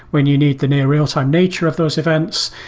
when you need the near real-time nature of those events.